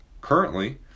currently